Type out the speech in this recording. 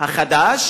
החדש